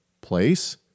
place